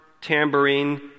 tambourine